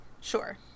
Sure